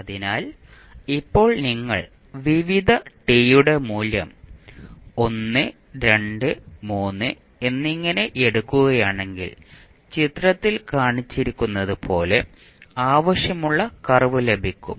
അതിനാൽ ഇപ്പോൾ നിങ്ങൾ വിവിധ ടി യുടെ മൂല്യം 1 2 3 എന്നിങ്ങനെ എടുക്കുകയാണെങ്കിൽ ചിത്രത്തിൽ കാണിച്ചിരിക്കുന്നതുപോലെ ആവശ്യമുള്ള കർവ് ലഭിക്കും